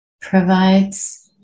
provides